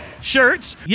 Shirts